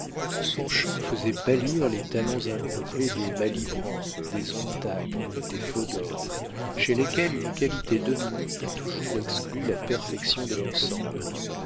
son chant faisait pâlir les talents incomplets des malibran des sontag des fodor chez lesquelles une qualité dominante a toujours exclu la perfection de l'ensemble